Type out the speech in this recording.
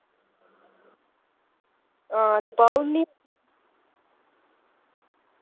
हां ते पाऊ निं